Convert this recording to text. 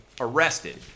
arrested